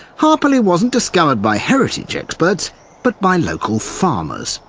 harperley wasn't discovered by heritage experts but by local farmers,